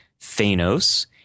Thanos